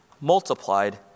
multiplied